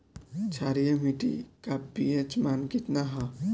क्षारीय मीट्टी का पी.एच मान कितना ह?